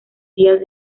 días